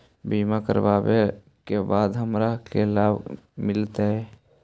बीमा करवला के बाद हमरा का लाभ मिलतै?